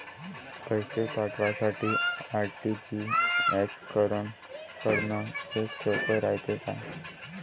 पैसे पाठवासाठी आर.टी.जी.एस करन हेच सोप रायते का?